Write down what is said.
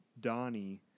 Donnie